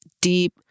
deep